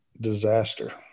disaster